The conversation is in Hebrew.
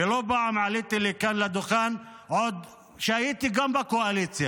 ולא פעם עליתי לכאן לדוכן, עוד כשהייתי בקואליציה,